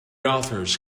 authors